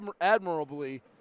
admirably